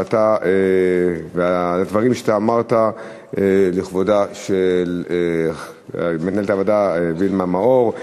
על הדברים שאמרת לכבודה של מנהלת הוועדה וילמה מאור.